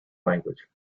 language